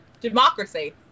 Democracy